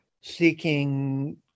seeking